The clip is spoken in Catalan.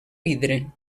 vidre